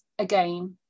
again